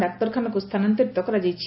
ଡାକ୍ତରଖାନାକୁ ସ୍ଥାନାନ୍ତରିତ କରାଯାଇଛି